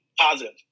positive